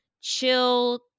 chill